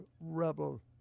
rebel